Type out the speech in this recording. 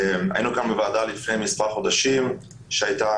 היינו בוועדה לפני מספר חודשים שהייתה